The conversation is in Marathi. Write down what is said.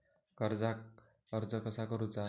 कर्जाक अर्ज कसा करुचा?